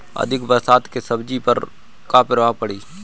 अधिक बरसात के सब्जी पर का प्रभाव पड़ी?